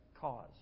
cause